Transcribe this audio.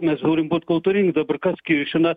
mes turim būt kultūringi dabar kas kiršina